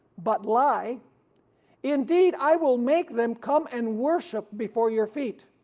but lie indeed i will make them come and worship before your feet,